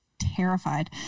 terrified